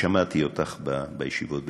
שמעתי אותך בישיבות,